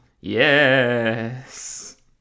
Yes